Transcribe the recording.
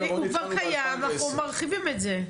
הוא כבר קיים, אנחנו מרחיבים את זה.